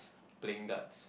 playing darts